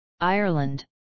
ireland